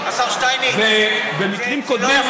במקרים קודמים,